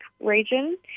region